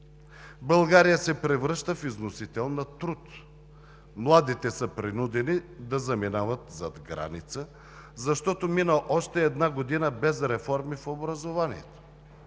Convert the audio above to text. България се превръща в износител на труд. Младите са принудени да заминават зад граница, защото мина още една година без реформи в образованието.